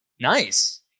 Nice